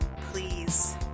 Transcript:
Please